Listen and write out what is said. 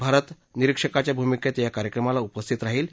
भारत निरिक्षकाच्या भुमिकेत या कार्यक्रमाला उपस्थित राहील